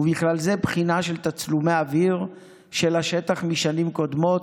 ובכלל זה בחינה של תצלומי אוויר של השטח משנים קודמות,